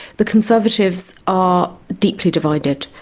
the conservatives are deeply divided.